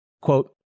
Quote